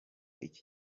iki